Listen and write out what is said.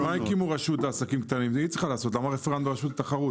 למה רפרנט ברשות התחרות?